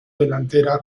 delantera